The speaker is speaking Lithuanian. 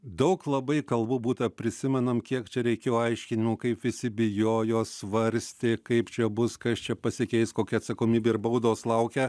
daug labai kalbų būta prisimenam kiek čia reikėjo aiškinimų kaip visi bijojo svarstė kaip čia bus kas čia pasikeis kokia atsakomybė ir baudos laukia